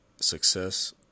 Success